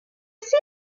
sydd